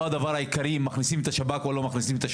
הדבר העיקרי הוא לא אם מכניסים את השב"כ או לא מכניסים את השב"כ,